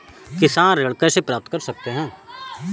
किसान ऋण कैसे प्राप्त कर सकते हैं?